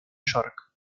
york